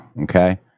okay